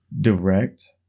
direct